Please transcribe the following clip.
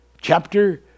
chapter